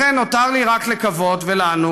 לכן נותר לי רק לקוות, ולנו